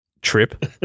trip